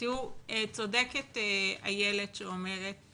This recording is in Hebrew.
צודקת איילת שאומרת